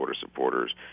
supporters